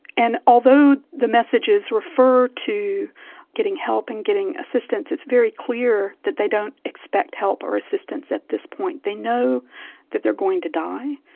and although the messages refer to getting help and getting assistance, it's very clear that they don't expect help or assistance at this point. they know that they're going to die,